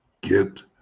Get